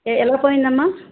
ఏ ఎలా పోయిందమ్మా